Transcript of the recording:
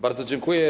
Bardzo dziękuję.